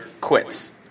quits